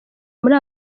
muri